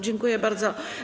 Dziękuję bardzo.